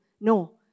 No